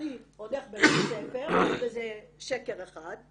הפרטי הולך בבית ספר, וזה שקר אחד.